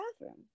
bathroom